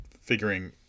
figuring